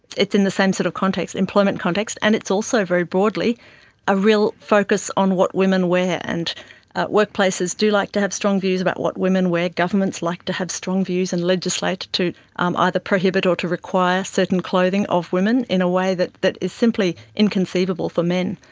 it's in the same sort of context, employment context, and it is also very broadly a real focus on what women wear, and workplaces do like to have strong views about what women wear, governments like to have strong views and legislate to to um either prohibit or to require certain clothing of women in a way that that is simply inconceivable for men.